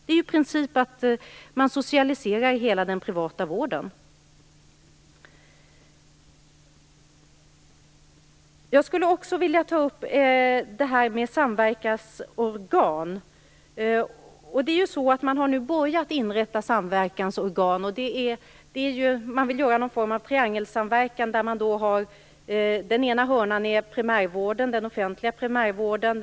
Man socialiserar i princip hela den privata vården. Jag skulle också vilja ta upp frågan om samverkansorgan. Man har nu börjat inrätta samverkansorgan. Man vill ha någon form av triangelsamverkan. Den ena hörnan är den offentliga primärvården.